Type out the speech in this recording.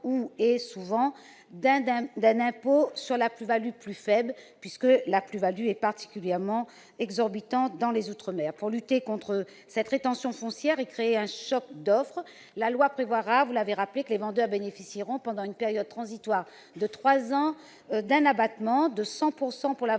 et/ou, souvent, d'un impôt sur la plus-value plus faible, la plus-value étant particulièrement exorbitante dans ces territoires. Pour lutter contre cette rétention foncière et créer un « choc d'offres », la loi prévoira, comme vous l'avez rappelé, que les vendeurs bénéficieront, pendant une période transitoire de trois ans, d'un abattement de 100 % pour la vente